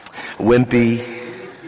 Wimpy